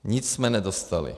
Nic jsme nedostali.